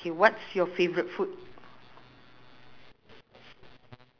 ah kalau western food I tell you my children will will will